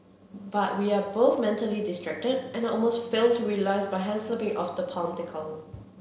but we are both mentally distracted and I almost fail to realise my hand slipping off the palm decal